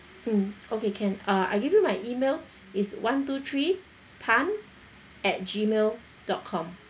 mm okay can uh I give you my email is one two three tan at Gmail dot com